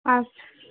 আচ্ছা